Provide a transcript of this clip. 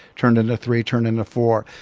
turned into three, turned into four.